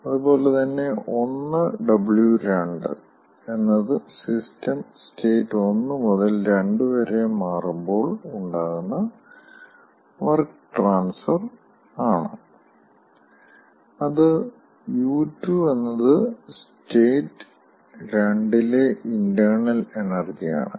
അതുപോലെ തന്നെ 1W2 എന്നത് സിസ്റ്റം സ്റ്റേറ്റ് 1 മുതൽ 2 വരെ മാറുമ്പോൾ ഉണ്ടാകുന്ന വർക്ക് ട്രാൻസ്ഫർ ആണ് അത് U2 എന്നത് സ്റ്റേറ്റ് 2 ലെ ഇൻ്റേണൽ എനർജി ആണ്